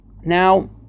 Now